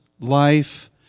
life